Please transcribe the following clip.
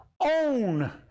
own